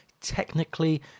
technically